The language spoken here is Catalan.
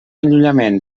allunyament